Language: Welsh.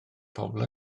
pobol